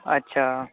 अच्छा